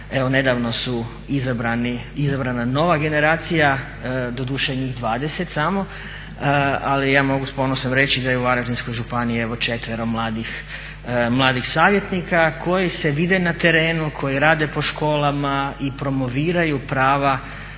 nedavno je izabrana nova generacija, doduše njih 20 samo, ali ja mogu sa ponosom reći da je u Varaždinskoj evo četvero mladih savjetnika koji se vide na terenu, koji rade po školama i promoviraju prava